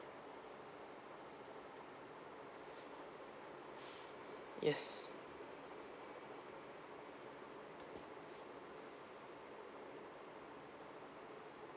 yes